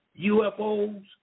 UFOs